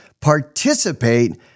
participate